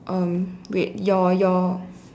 um wait your your